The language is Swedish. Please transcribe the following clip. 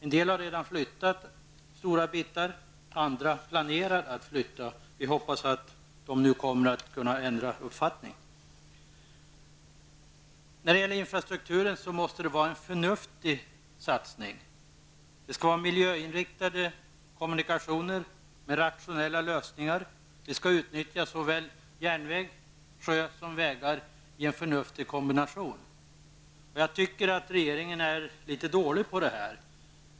En del har redan flyttat, andra planerar att flytta. Vi får hoppas att de nu kommer att kunna ändra uppfattning. När det gäller infrastrukturen måste det vara förnuftiga satsningar. Det skall vara miljöinriktade kommunikationer med rationella lösningar. Vi skall utnyttja såväl järnvägar, sjö som vägar i en förnuftig kombination. Jag tycker att regeringen är litet dålig på det.